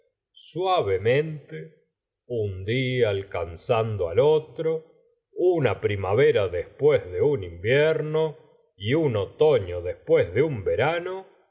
suavemente un dia alcanzando al otro una primavera después de un invierno y un tono después de un verano